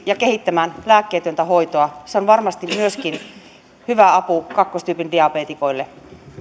ja kehittämään rinnalle esimerkiksi lääkkeetöntä hoitoa se on varmasti hyvä apu myöskin kakkostyypin diabeetikoille pyydän